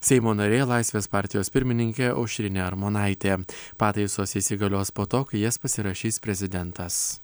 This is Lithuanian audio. seimo narė laisvės partijos pirmininkė aušrinė armonaitė pataisos įsigalios po to kai jas pasirašys prezidentas